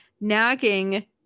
nagging